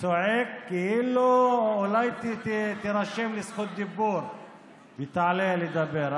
צועק כאילו, אולי תירשם לזכות דיבור ותעלה לדבר.